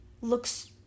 looks